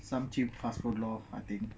some cheap fast food lor I think